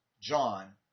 John